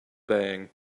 bang